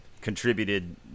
contributed